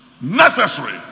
Necessary